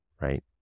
right